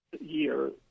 year